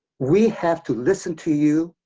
we have to listen to you.